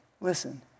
Listen